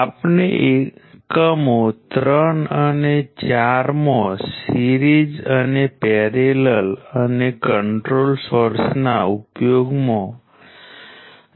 હવે હું તેને એક પછી એક જાણીએ છીએ તેવા તમામ એલિમેન્ટ્સ ઉપર એપ્લાય કરીશ અને તેમના ગુણધર્મોનો અભ્યાસ કરીશું